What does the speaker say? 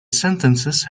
sentences